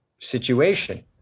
situation